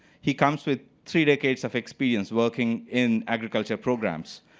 he comes with three decades of experience working in agriculture programs.